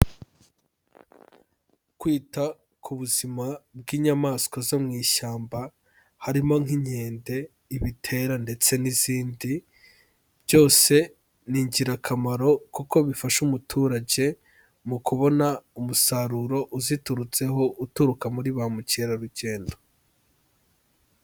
Kwita ku buzima bw'inyamaswa zo mu ishyamba harimo nk'inkende, ibitera ndetse n'izindi, byose ni ingirakamaro kuko bifasha umuturage mu kubona umusaruro uziturutseho, uturuka muri ba mukerarugendo.